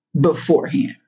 beforehand